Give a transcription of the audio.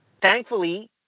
thankfully